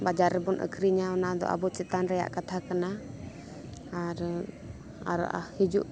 ᱵᱟᱡᱟᱨ ᱨᱮᱵᱚᱱ ᱟᱹᱠᱷᱨᱤᱧᱟ ᱚᱱᱟ ᱫᱚ ᱟᱵᱚ ᱪᱮᱛᱟᱱ ᱨᱮᱭᱟᱜ ᱠᱟᱛᱷᱟ ᱠᱟᱱᱟ ᱟᱨ ᱟᱨ ᱦᱤᱡᱩᱜ